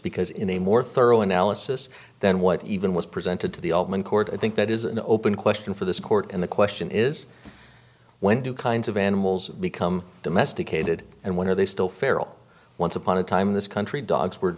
because in a more thorough analysis then what even was presented to the open court i think that is an open question for this court and the question is when do kinds of animals become domesticated and when are they still feral once upon a time in this country dogs were